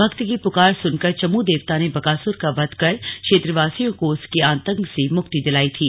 भक्त की पुकार सुनकर चमू देवता ने बकासुर का वध कर क्षेत्रवासियों को उसके आतंक से मुक्ति दिलाई थी